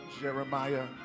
Jeremiah